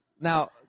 Now